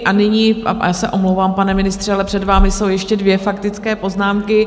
Já se omlouvám, pane ministře, ale před vámi jsou ještě dvě faktické poznámky.